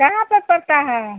कहाँ पर पड़ता है